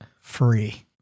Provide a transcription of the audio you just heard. free